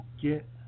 get